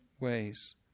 ways